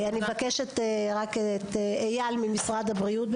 אני מבקשת רק את אייל ממשרד הבריאות,